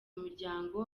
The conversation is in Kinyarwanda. muryango